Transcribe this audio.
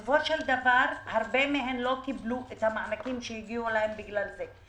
הרבה מהן לא קיבלו את המענקים שהגיעו להן בגלל זה.